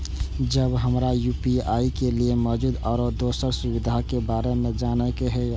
जब हमरा यू.पी.आई के लिये मौजूद आरो दोसर सुविधा के बारे में जाने के होय?